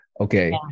Okay